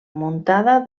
muntada